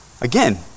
Again